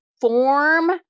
form